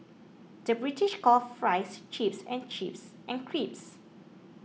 the British calls Fries Chips and chips and crisps